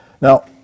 Now